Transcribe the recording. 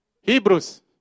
Hebrews